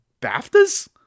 BAFTAs